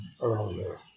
earlier